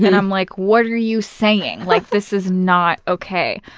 and i'm like, what are you saying? like this is not okay.